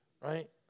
right